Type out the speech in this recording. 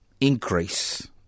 increase